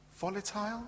volatile